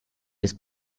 des